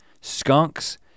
skunks